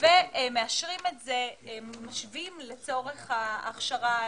ומאשרים את זה ומשווים לצורך ההכשרה